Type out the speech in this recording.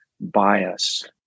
bias